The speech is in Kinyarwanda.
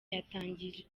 yatangiye